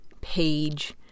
page